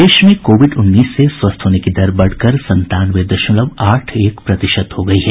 प्रदेश में कोविड उन्नीस से स्वस्थ होने की दर बढ़कर संतानवे दशमलव आठ एक प्रतिशत हो गई है